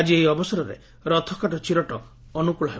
ଆଜି ଏହି ଅବସରରେ ରଥକାଠ ଚିରଟ ଅନୁକୂଳ ହେବ